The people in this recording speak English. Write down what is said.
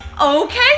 Okay